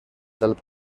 del